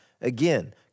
Again